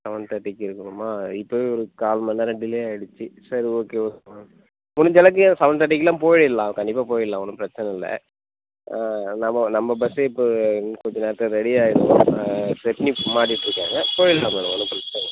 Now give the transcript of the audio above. seven தேர்ட்டிக்கு இருக்கணுமா இப்போவே ஒரு கால் மண்நேரம் டிலே ஆயிடுச்சு சரி ஓகே ஓகே முடிஞ்ச அளவுக்கு செவன் தேர்ட்டிக்லாம் போயிடலாம் கண்டிப்பாக போயிடலாம் ஒன்றும் பிரச்சனை இல்லை நம்ம நம்ம பஸ்ஸே இப்போ இன்னும் கொஞ்ச நேரத்தில் ரெடி ஆயிடும் ஸ்டெப்னி இப்போ மாட்டிகிட்டு இருக்காங்க போயிடலாம் மேடம் ஒன்றும் பிரச்சனை இல்லை